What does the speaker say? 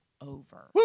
over